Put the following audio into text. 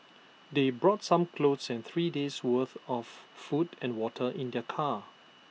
they brought some clothes and three days' worth of food and water in their car